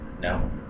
No